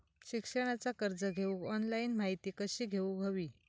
शिक्षणाचा कर्ज घेऊक ऑनलाइन माहिती कशी घेऊक हवी?